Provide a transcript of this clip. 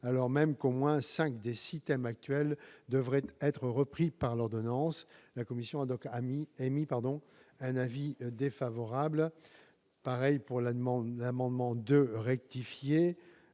alors même qu'au moins cinq des six thèmes actuels devraient être repris par l'ordonnance. La commission a également émis un avis défavorable sur l'amendement n° 2 rectifié